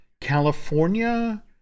California